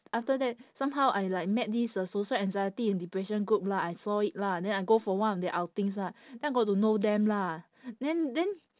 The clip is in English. after that somehow I like met this uh social anxiety and depression group lah I saw it lah then I go for one of their outings lah then I got to know them lah then then